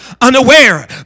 unaware